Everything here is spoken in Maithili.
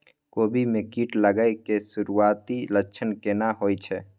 कोबी में कीट लागय के सुरूआती लक्षण केना होय छै